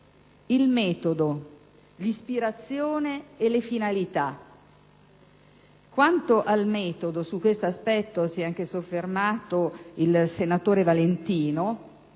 il metodo, l'ispirazione e le finalità. Quanto al metodo, e su questo aspetto si è anche soffermato il senatore Valentino,